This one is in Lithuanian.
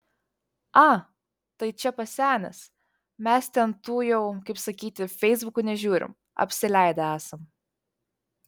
a tai čia pasenęs mes ten tų jau kaip sakyti feisbukų nežiūrim apsileidę esam